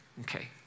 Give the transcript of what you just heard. Okay